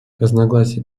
разногласия